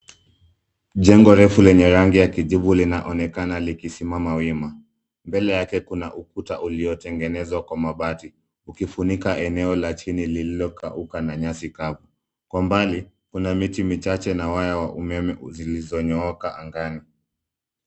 Jengo refu lenye rangi ya kijivu linaonekana likisimama wima, mbele yake kuna ukuta uliotengenezwa kwa mabati, ukifunika eneo la chini lililokauka na nyasi kavu, kwa mbali kuna miti michache na waya wa umeme zilizoonyoka angani.